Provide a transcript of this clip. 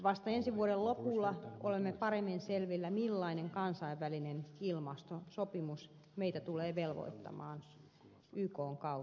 vasta ensi vuoden lopulla olemme paremmin selvillä millainen kansainvälinen ilmastosopimus meitä tulee velvoittamaan ykn kautta